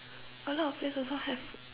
a lot of place also have